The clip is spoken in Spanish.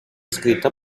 escrita